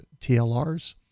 TLRs